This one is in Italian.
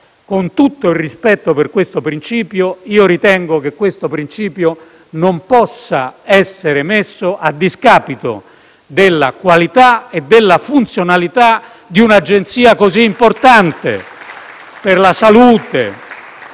con tutto il rispetto per questo principio, io ritengo che esso non possa andare a discapito della qualità e della funzionalità di una agenzia così importante per la salute,